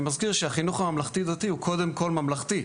אני מזכיר שהחינוך הממלכתי-דתי הוא קודם כל ממלכתי.